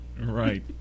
Right